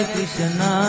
Krishna